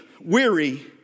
weary